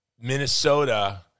Minnesota